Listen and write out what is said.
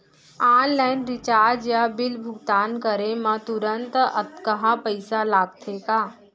Online recharge या bill भुगतान करे मा तुरंत अक्तहा पइसा लागथे का?